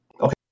Okay